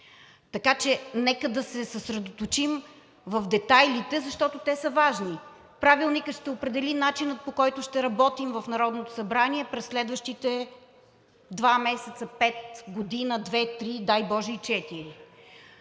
Така че нека да се съсредоточим в детайлите, защото те са важни. Правилникът ще определи начина, по който ще работим в Народното събрание през следващите два месеца, пет, година, две, три, дай боже, и